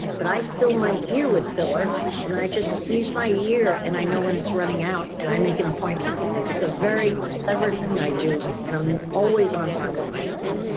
but i fill my ear with filler and i just squeeze my yeah ear, and i know when it's running out and i make an appointment, it's a very clever thing i do. and i'm always on time with my filler.